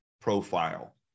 profile